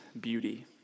beauty